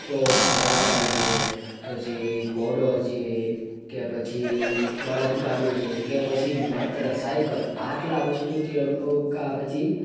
તો ઘોડાગાડી છે પછી ઘોડો છે કે પછી બળદગાડું છે કે પછી માત્ર સાઈકલ આટલા વસ્તુથી કાં પછી